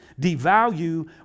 devalue